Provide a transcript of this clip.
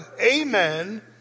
amen